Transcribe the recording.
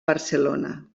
barcelona